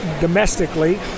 domestically